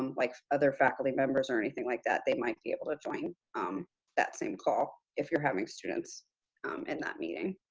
um like other faculty members or anything like that, they might be able to join um that same call if you're having students in that meeting.